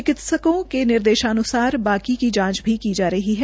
चिकित्सकों के निर्देशानुसार बाकी की जांच की जा रही है